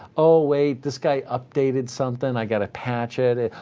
oh, wait, this guy updated something. i've got to patch it.